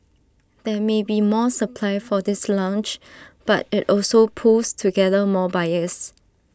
there may be more supply for this launch but IT also pools together more buyers